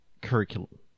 curriculum